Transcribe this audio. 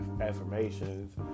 affirmations